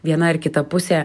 viena ar kita pusė